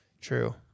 True